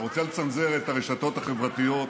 אתה רוצה לצנזר את הרשתות החברתיות,